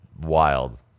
wild